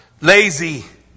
lazy